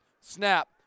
Snap